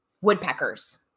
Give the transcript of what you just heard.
Woodpeckers